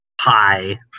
Hi